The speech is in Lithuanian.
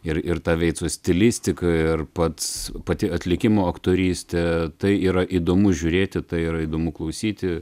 ir ir ta veitso stilistika ir pats pati atlikimo aktorystė tai yra įdomu žiūrėti tai yra įdomu klausyti